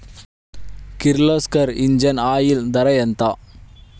Kirloskar engine oil ధర ఎంత?